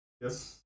Yes